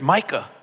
Micah